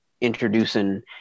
introducing